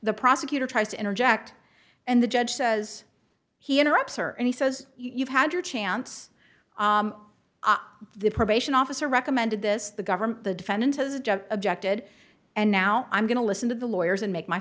the prosecutor tries to interject and the judge says he interrupts her and he says you've had your chance the probation officer recommended this the government the defendant has objected and now i'm going to listen to the lawyers and make my